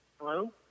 Hello